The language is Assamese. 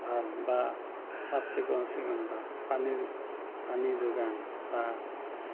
ভাল বা চাফ চিকুণ চিকুণতা পানীৰ পানী যোগান বা